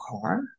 car